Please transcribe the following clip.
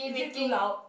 is it too loud